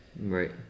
Right